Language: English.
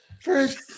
first